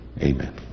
Amen